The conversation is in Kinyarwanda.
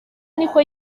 niko